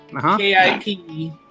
K-I-P